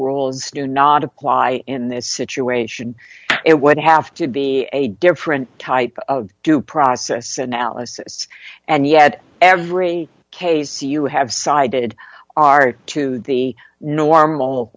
rules do not apply in this situation it would have to be a different type of due process analysis and yet every case you have sided are to the normal